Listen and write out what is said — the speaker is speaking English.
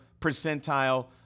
percentile